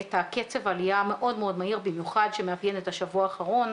את קצב העלייה המאוד מהיר במיוחד שמאפיין את השבוע האחרון.